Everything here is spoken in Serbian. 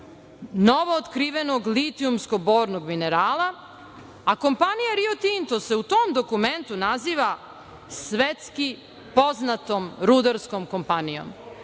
novootkrivenog litijumskog bornog minerala, a kompanija Rio Tinto se u tom dokumentu naziva svetski poznatom rudarskom kompanijom.